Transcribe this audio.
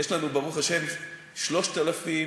יש לנו, ברוך השם, 3,000,